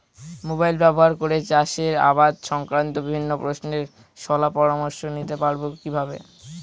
Mobile ব্যাবহার করে চাষের আবাদ সংক্রান্ত বিভিন্ন প্রশ্নের শলা পরামর্শ নিতে পারবো কিভাবে?